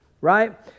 Right